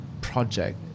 project